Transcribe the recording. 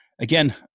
again